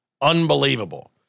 Unbelievable